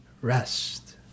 rest